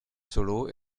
solo